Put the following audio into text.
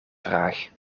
vraag